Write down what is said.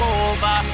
over